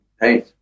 hey